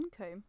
Okay